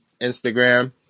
Instagram